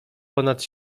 ponad